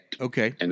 Okay